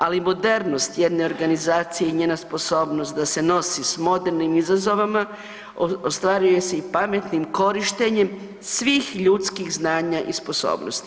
Ali modernost jedne organizacije i njena sposobnost da se nosi sa modernim izazovima ostvaruje se i pametnim korištenjem svih ljudskih znanja i sposobnosti.